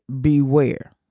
beware